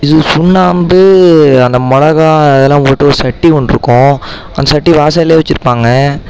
சுண்ணாம்பு அந்த மிளகாய் அதலாம் போட்டு சட்டி ஒன்று இருக்கும் அந்த சட்டியை வாசல்லயே வைச்சிருப்பாங்க